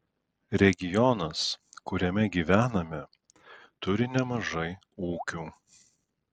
regionas kuriame gyvename turi nemažai ūkių